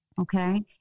okay